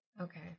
Okay